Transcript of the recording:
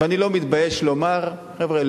ואני לא מתבייש לומר: חבר'ה,